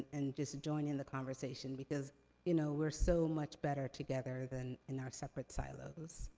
and just join in the conversation, because you know we're so much better together than in our separate silos.